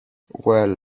well